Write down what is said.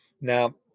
Now